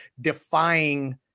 defying